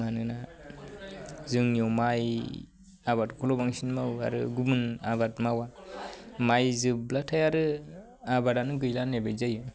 मानोना जोंनियाव माइ आबादखौल' बांसिन मावो आरो गुबुन आबाद मावो माइ जोबब्लाथाय आरो आबादानो गैला होन्नाय बायदि जायो